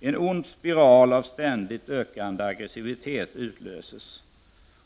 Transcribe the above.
En ond spiral av ständigt ökande aggressivitet utlöses.